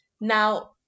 Now